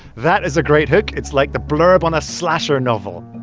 that is a great hook. it's like the blurb on a slasher novel